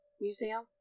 Museum